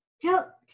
Tell